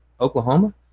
Oklahoma